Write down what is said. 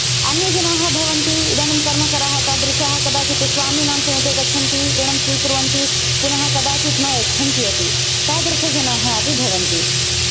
अन्यजनाः भवन्ति इदानिं कर्मकराः तादृशः कदाचित् स्वामिनां समीपे गच्छन्ति ऋणं स्वीकुर्वन्ति पुनः कदाचित् न यच्छन्ति अपि तादृशजनाः अपि भवन्ति